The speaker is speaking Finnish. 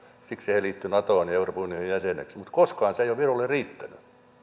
siksi he liittyivät natoon ja euroopan unionin jäseneksi mutta koskaan se ei ole virolle riittänyt